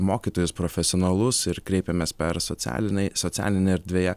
mokytojus profesionalus ir kreipėmės per socialinėj socialinėj erdvėje